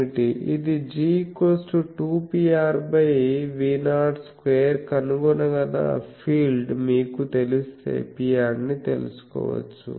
ఇది G2Pr IV0I2 కనుగొనగల field మీకు తెలిస్తే Pr ని తెలుసుకోవచ్చు